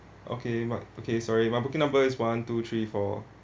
okay my okay sorry my booking number is one two three four